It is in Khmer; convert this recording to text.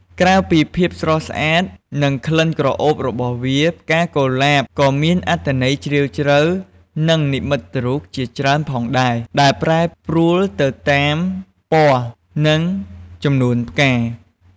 ក្រៅពីភាពស្រស់ស្អាត និងក្លិនក្រអូបរបស់វា ផ្កាកុលាបក៏មានអត្ថន័យជ្រាលជ្រៅ និងនិមិត្តរូបជាច្រើនផងដែរ ដែលប្រែប្រួលទៅតាមពណ៌ និងចំនួនផ្កា។